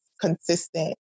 consistent